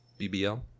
BBL